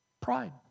Pride